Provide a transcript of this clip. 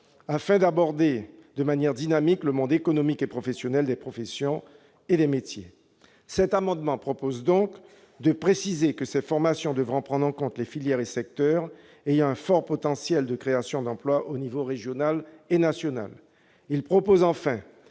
afin d'aborder de manière dynamique le monde économique et professionnel, les professions et les métiers. Cet amendement vise donc à préciser que ces formations devront prendre en compte les filières et secteurs ayant un fort potentiel de création d'emplois aux niveaux tant régional que national. Il tend en